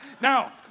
Now